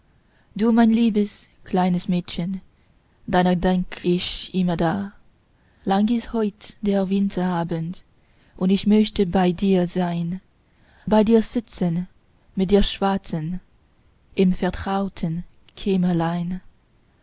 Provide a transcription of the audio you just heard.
du mein liebes kleines mädchen deiner denk ich immerdar lang ist heut der winterabend und ich möchte bei dir sein bei dir sitzen mit dir schwatzen im vertrauten kämmerlein